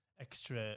extra